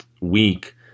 week